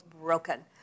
broken